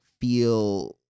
feel